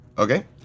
Okay